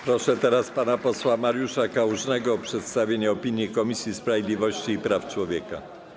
Proszę teraz pana posła Mariusza Kałużnego o przedstawienie opinii Komisji Sprawiedliwości i Praw Człowieka.